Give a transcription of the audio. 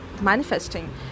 manifesting